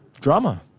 drama